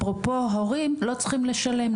אפרופו הורים לא צריכים לשלם.